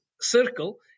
circle